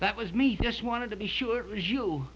that was me just wanted to be sure